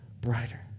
brighter